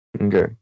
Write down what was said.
Okay